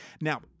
Now